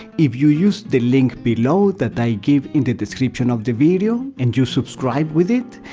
if you use the link below that i give in the description of the video, and you subscribe with it,